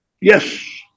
Yes